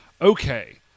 Okay